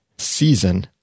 season